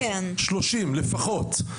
30 לפחות.